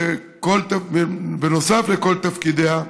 בנוסף לכל תפקידיה,